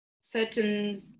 certain